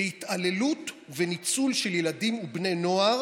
להתעללות וניצול של ילדים ובני נוער